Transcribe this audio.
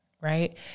Right